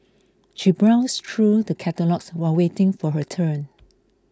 she browsed through the catalogues while waiting for her turn